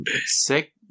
sick